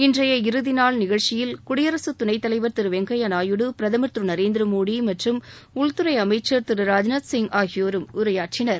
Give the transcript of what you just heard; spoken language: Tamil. இன்றைய இறுதி நாள் நிகழ்ச்சியில் குடியரசுத் துணைத் தலைவர் திரு வெங்கப்யா நாயுடு பிரதமர் திரு நரேந்திரமோடி மற்றும் உள்துறை அமைச்சர் திரு ராஜ்நாத் சிங் ஆகியோரும் உரையாற்றினர்